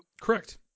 Correct